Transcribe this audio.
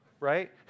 Right